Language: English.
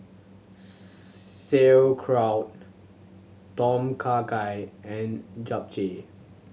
Sauerkraut Tom Kha Gai and Japchae